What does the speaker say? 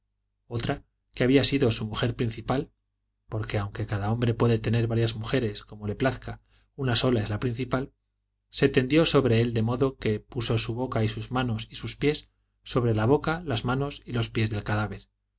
otra que había sido su mujer principal porque aunque cada hombre puede tener tantas mujeres como le plazca una sola es la principal se tendió sobre él de modo que puso su boca sus manos y sus pies sobre la boca las manos y los pies del cadáver